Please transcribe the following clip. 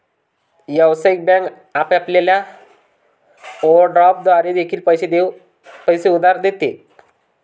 व्यावसायिक बँक आपल्याला ओव्हरड्राफ्ट द्वारे देखील पैसे उधार देते